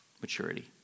Maturity